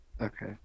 okay